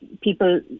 people